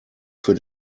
für